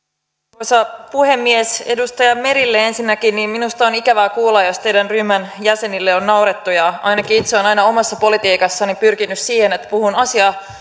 arvoisa puhemies edustaja merelle ensinnäkin minusta on ikävää kuulla jos teidän ryhmänne jäsenille on naurettu ja ainakin itse olen aina omassa politiikassani pyrkinyt siihen että puhun asia